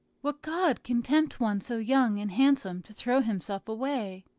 what god can tempt one so young and handsome to throw himself away?